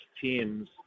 teams